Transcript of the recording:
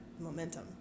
momentum